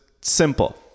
simple